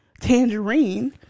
Tangerine